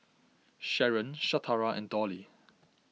Sharen Shatara and Dolly